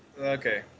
Okay